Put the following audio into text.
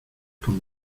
con